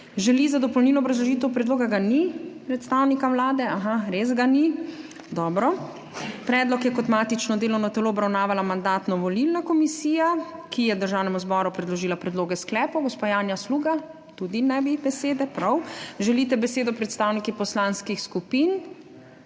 Želi za dopolnilno obrazložitev predloga – ga ni, predstavnika Vlade. Aha, res ga ni. Dobro. Predlog je kot matično delovno telo obravnavala Mandatno-volilna komisija, ki je Državnemu zboru predložila predloge sklepov. Gospa Janja Sluga? Tudi ne bi besede, prav. Želite besedo predstavniki poslanskih skupin?